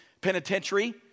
penitentiary